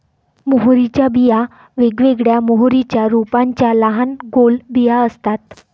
मोहरीच्या बिया वेगवेगळ्या मोहरीच्या रोपांच्या लहान गोल बिया असतात